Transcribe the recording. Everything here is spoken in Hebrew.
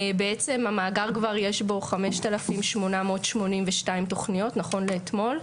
בעצם המאגר, כבר יש בו 5,882 תוכניות נכון לאתמול.